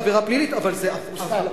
מוסר, עבירה פלילית, אבל, מוסר.